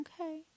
Okay